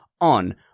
On